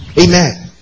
Amen